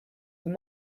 were